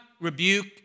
rebuke